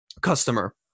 customer